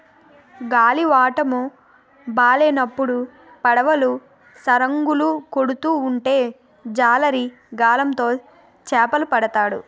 గాలివాటము బాలేనప్పుడు పడవలు సరంగులు కొడుతూ ఉంటే జాలరి గాలం తో చేపలు పడతాడు